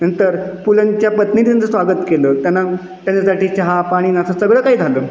नंतर पुलंच्या पत्नीनं त्यांचं स्वागत केलं त्यांना त्यांच्यासाठी चहा पाणी नाश्ता सगळं काही झालं